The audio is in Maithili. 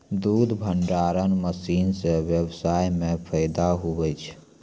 दुध भंडारण मशीन से व्यबसाय मे फैदा हुवै छै